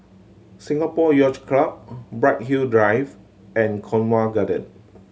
Singapore Yacht Club Bright Hill Drive and Cornwall Gardens